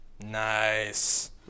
Nice